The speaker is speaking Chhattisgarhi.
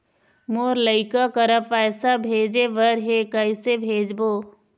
मोर लइका करा पैसा भेजें बर हे, कइसे भेजबो?